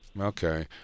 Okay